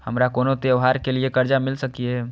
हमारा कोनो त्योहार के लिए कर्जा मिल सकीये?